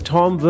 Tom